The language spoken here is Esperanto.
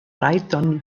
rajton